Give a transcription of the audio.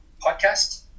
podcast